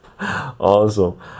Awesome